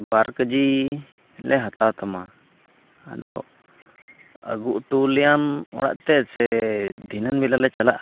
ᱵᱟᱨ ᱠᱮᱹᱡᱤ ᱞᱮ ᱦᱟᱛᱟᱣ ᱛᱟᱢᱟ ᱟᱫᱚ ᱟᱹᱜᱩ ᱦᱚᱴᱚ ᱞᱮᱭᱟᱢ ᱚᱲᱟᱜ ᱛᱮ ᱥᱮ ᱫᱷᱤᱱᱟᱹᱝ ᱵᱮᱲᱟᱞᱮ ᱪᱟᱞᱟᱜᱼᱟ